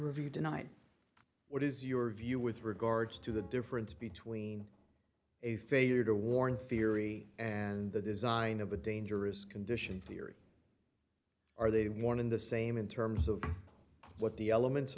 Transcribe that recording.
review tonight what is your view with regards to the difference between a failure to warn fieri and the design of a dangerous condition theory are they one in the same in terms of what the elements